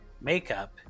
makeup